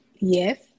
Yes